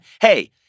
Hey